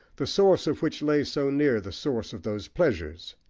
the source of which lay so near the source of those pleasures.